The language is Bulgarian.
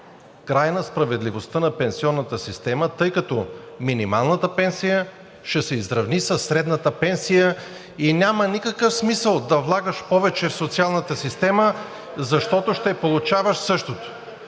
край на справедливостта на пенсионната система, тъй като минималната пенсия ще се изравни със средната пенсия и няма никакъв смисъл да влагаш повече в социалната система, защото ще получаваш същото.